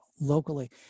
locally